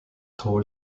tall